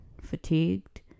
fatigued